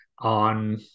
on